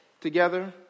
together